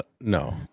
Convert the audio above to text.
No